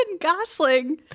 Gosling